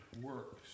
works